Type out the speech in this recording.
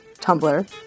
Tumblr